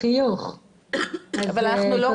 שמי רותם ואני ביתה של - -ז"ל שנפטרה